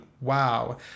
wow